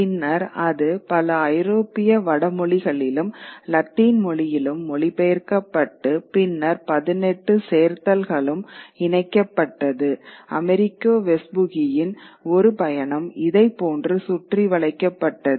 பின்னர் அது பல ஐரோப்பிய வடமொழி மொழிகளிலும் லத்தீன் மொழியிலும் மொழிபெயர்க்கப்பட்டு பின்னர் 18 சேர்த்தல்களுக்கும் இணைக்கப்பட்டது அமெரிக்கோ வெஸ்பூசியின் ஒரு பயணம் இதை போன்று சுற்றிவளைக்கப்பட்டது